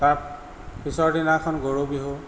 তাৰ পিছৰদিনাখন গৰু বিহু